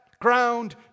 ground